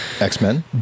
X-Men